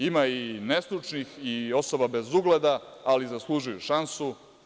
Ima i nestručnih i osoba bez ugleda, ali zaslužuju šansu.